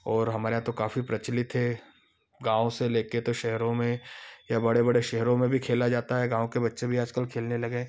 और हमारे यहाँ तो काफ़ी प्रचलित है गाँव से लेकर तो शेहरों में यहाँ बडे़ बड़े शेहरों में भी खेला जाता है गाँव के बच्चे भी आज कल खेलने लगे हैं